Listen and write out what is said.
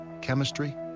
chemistry